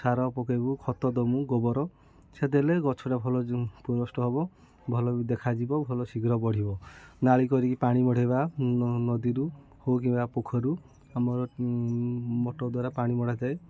ସାର ପକେଇବୁ ଖତ ଦେବୁ ଗୋବର ସେ ଦେଲେ ଗଛଟା ଭଲ ପୁରଷ୍ଟ ହେବ ଭଲ ବି ଦେଖାଯିବ ଭଲ ଶୀଘ୍ର ବଢ଼ିବ ନାଳି କରିକି ପାଣି ମଡ଼େଇବା ନଦୀରୁ ହେଉ କିମ୍ବା ପୋଖରୀରୁ ଆମର ମୋଟର୍ ଦ୍ୱାରା ପାଣି ମଡ଼ାଯାଏ